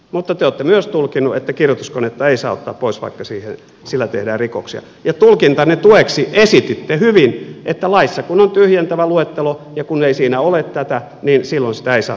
mutta te olette myös tulkinnut että kirjoituskonetta ei saa ottaa pois vaikka sillä tehdään rikoksia ja tulkintanne tueksi esititte hyvin että laissa kun on tyhjentävä luettelo ja kun ei siinä ole tätä niin silloin sitä ei saa tehdä